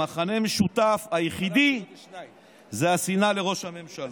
המכנה המשותף היחיד זה השנאה לראש הממשלה.